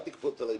אל תקפוץ עלי